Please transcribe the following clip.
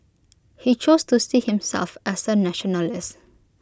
he chose to see himself as A nationalist